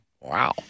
wow